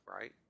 right